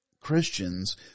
Christians